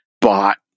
bought